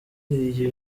iyi